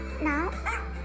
Now